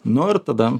nu ir tada